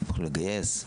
צריך לגייס.